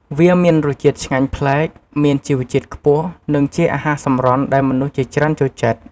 វាមានរសជាតិឆ្ងាញ់ប្លែក មានជីវជាតិខ្ពស់ និងជាអាហារសម្រន់ដែលមនុស្សជាច្រើនចូលចិត្ត។